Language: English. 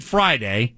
Friday